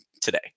today